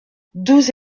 douze